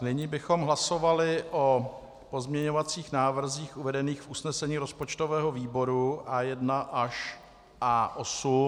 Nyní bychom hlasovali o pozměňovacích návrzích uvedených v usnesení rozpočtového výboru A1 až A8.